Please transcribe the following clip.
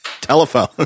telephone